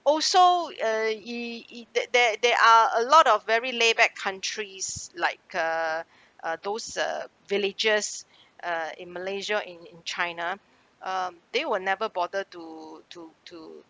also uh it it that there there are a lot of very laid back countries like uh uh those uh villagers uh in malaysia in in china um they will never bother to to to